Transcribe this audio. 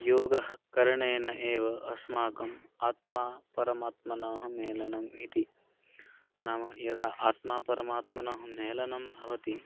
योगकरणेन एव अस्माकम् आत्मा परमात्मना मेलनम् इति नाम यदा आत्मा परमात्मना मेलनं भवति